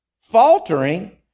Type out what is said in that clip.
faltering